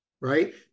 right